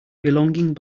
belonging